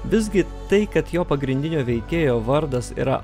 visgi tai kad jo pagrindinio veikėjo vardas yra